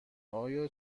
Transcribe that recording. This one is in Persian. آیا